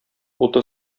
уты